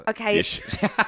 Okay